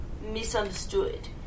misunderstood